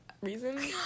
reason